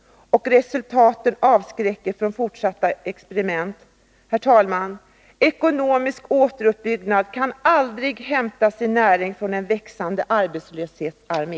Och resultaten avskräcker från fortsatta experiment. Herr talman! Ekonomisk återuppbyggnad kan aldrig hämta sin näring från en växande arbetslöshetsarmé.